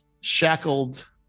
shackled